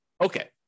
Okay